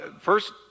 first